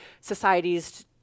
societies